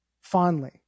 fondly